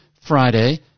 Friday